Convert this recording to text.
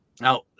Now